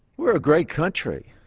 we're a great country,